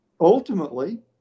ultimately